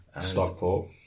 Stockport